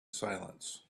silence